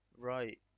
right